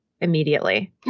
immediately